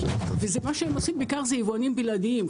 ומה שהם עושים בעיקר זה יבואנים בלעדיים,